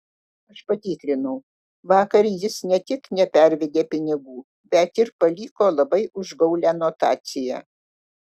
aš patikrinau vakar jis ne tik nepervedė pinigų bet ir paliko labai užgaulią notaciją